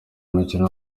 mukino